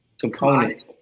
component